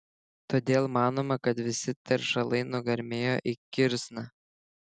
todėl manoma kad visi teršalai nugarmėjo į kirsną